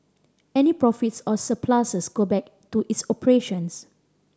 any profits or surpluses go back to its operations